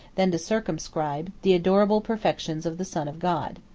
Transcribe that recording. than to circumscribe, the adorable perfections of the son of god.